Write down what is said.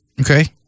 Okay